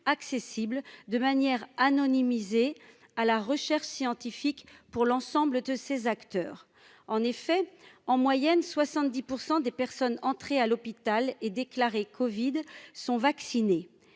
accessibles de manière anonymisé à la recherche scientifique pour l'ensemble de ces acteurs en effet en moyenne 70 % des personnes entrées à l'hôpital et déclaré Covid sont vaccinés,